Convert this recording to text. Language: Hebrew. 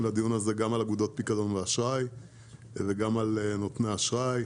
לדיון הזה גם על אגודות פיקדון ואשראי וגם על נותני אשראי.